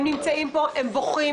הם נמצאים פה, הם בוכים.